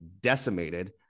decimated